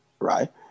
right